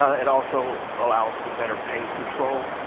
it also allows for better pain control